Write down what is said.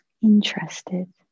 interested